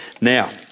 Now